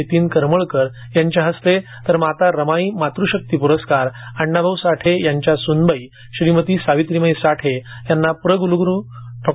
नितीन करमळकर यांच्या तसेच यंदाचा माता रमाई मातृशक्ती पुरस्कार अण्णाभाऊ साठे यांच्या सूनबाई श्रीमती सावित्रीमाई साठे यांना प्र कुलगुरू डॉ